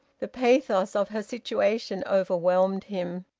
the pathos of her situation overwhelmed him,